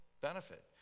benefit